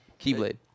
Keyblade